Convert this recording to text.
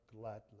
gladly